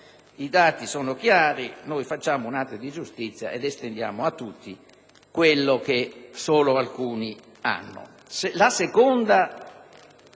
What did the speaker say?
I dati sono chiari. Facciamo un atto di giustizia ed estendiamo a tutti quello che solo alcuni hanno.